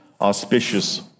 auspicious